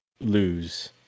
lose